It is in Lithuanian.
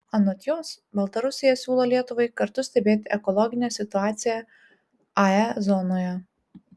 anot jos baltarusija siūlo lietuvai kartu stebėti ekologinę situaciją ae zonoje